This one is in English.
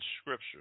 Scripture